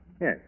Yes